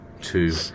two